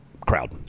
crowd